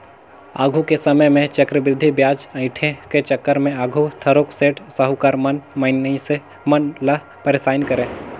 आघु के समे में चक्रबृद्धि बियाज अंइठे के चक्कर में आघु थारोक सेठ, साहुकार मन मइनसे मन ल पइरसान करें